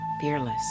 fearless